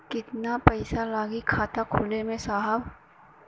कितना पइसा लागि खाता खोले में साहब?